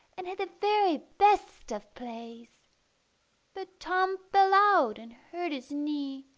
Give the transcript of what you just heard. and had the very best of plays but tom fell out and hurt his knee,